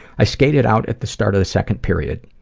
i skated out at the start of the second period.